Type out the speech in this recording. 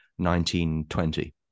1920